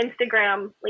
Instagram